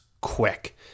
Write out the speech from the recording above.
quick